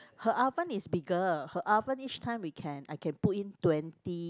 her oven is bigger her oven each time we can I can put in twenty